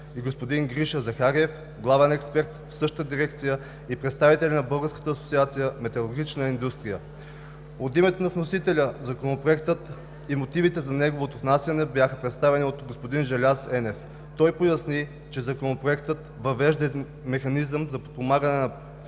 и господин Гриша Захариев – главен експерт в същата дирекция, и представители на Българска асоциация „Металургична индустрия“. От името на вносителя Законопроектът и мотивите за неговото внасяне бяха представени от господин Желяз Енев. Той поясни, че Законопроектът въвежда механизъм за подпомагане на